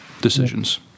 decisions